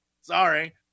Sorry